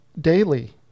daily